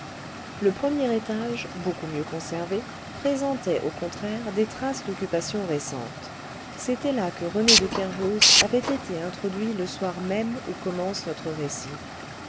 le premier étage beaucoup mieux conservé présentait au contraire des traces d'occupation récente c'était là que rené de kervoz avait été introduit le soir même où commence notre récit